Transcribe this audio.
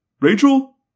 Rachel